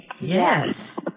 Yes